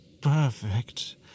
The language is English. perfect